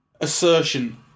assertion